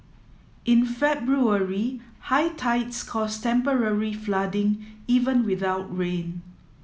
in February high tides caused temporary flooding even without rain